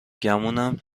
گمونم